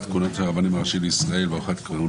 כהונה של הרבנים הראשיים לישראל והארכת כהונה